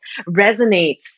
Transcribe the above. resonates